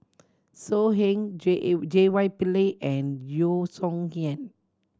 So Heng J J Y Pillay and Yeo Song Nian